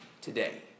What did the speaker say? today